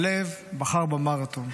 שליו בחר במרתון.